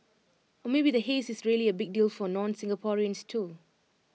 or maybe the haze is really A big deal for nonSingaporeans too